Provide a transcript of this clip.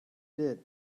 did